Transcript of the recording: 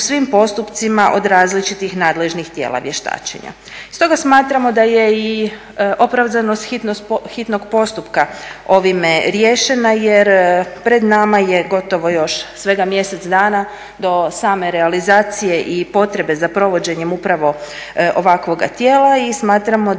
svim postupcima od različitih nadležnih tijela vještačenja.